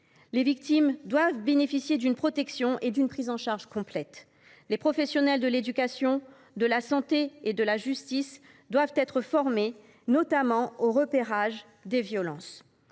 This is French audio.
Les victimes doivent bénéficier d’une protection et d’une prise en charge complètes. Les professionnels de l’éducation, de la santé et de la justice doivent être formés, notamment à la détection des violences.